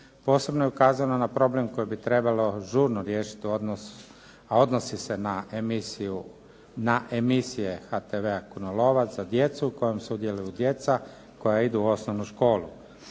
Posebno je ukazano na problem koji bi trebalo žurno riješiti, a odnosi se na emisije HTV-A "Kunolovac" za djecu u kojem sudjeluju djeca koja idu u osnovnu školu.